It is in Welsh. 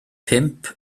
pump